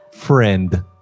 Friend